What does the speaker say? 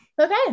Okay